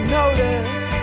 notice